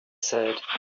said